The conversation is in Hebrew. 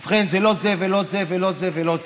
ובכן, זה לא זה ולא זה ולא זה ולא זה.